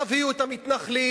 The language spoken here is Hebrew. תביאו את המתנחלים,